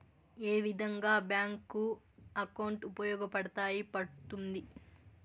ఏ విధంగా bank account ఉపయోగపడతాయి పడ్తుంది